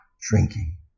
drinking